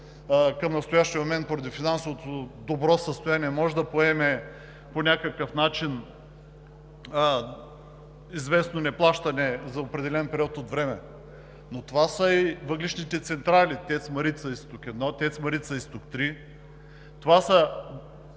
към настоящия момент поради финансовото добро състояние може да поеме по някакъв начин известно неплащане за определен период от време, но това са и въглищните централи „ТЕЦ Марица изток 1“, „ТЕЦ Марица изток 3“, това са